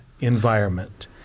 environment